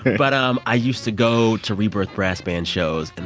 but um i used to go to rebirth brass band shows. and